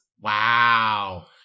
Wow